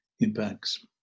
impacts